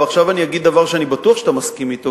ועכשיו אני אגיד דבר שאני בטוח שאתה מסכים אתו,